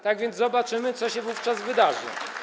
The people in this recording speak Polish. Tak więc zobaczymy, co się wówczas wydarzy.